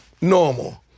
normal